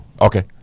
Okay